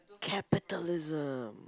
capitalism